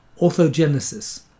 orthogenesis